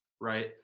right